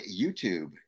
YouTube